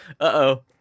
Uh-oh